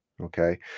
Okay